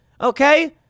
Okay